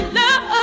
love